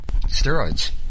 steroids